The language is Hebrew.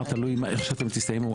תלוי איך שאתם תסיימו.